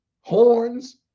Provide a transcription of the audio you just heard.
horns